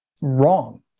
wrong